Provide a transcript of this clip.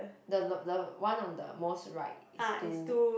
the the the one of the most right is two